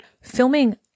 Filming